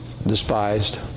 despised